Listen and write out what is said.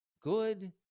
good